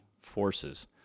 forces